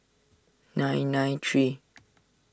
nine nine three